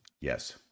Yes